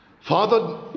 Father